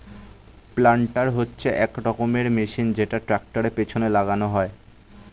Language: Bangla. প্ল্যান্টার হচ্ছে এক রকমের মেশিন যেটা ট্র্যাক্টরের পেছনে লাগানো হয়